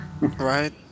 Right